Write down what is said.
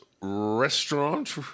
Restaurant